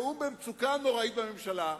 שהוא במצוקה נוראה בממשלה,